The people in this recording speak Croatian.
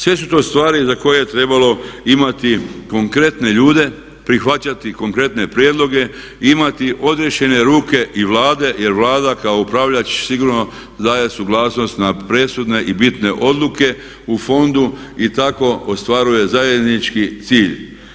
Sve su to stvari za koje je trebalo imati konkretne ljude, prihvaćati konkretne prijedloge i imati odriješene ruke i Vlade jer Vlada kao upravljač sigurno daje suglasnost na presudne i bitne odluke u fondu i tako ostvaruje zajednički cilj.